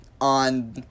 on